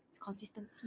Consistency